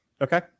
okay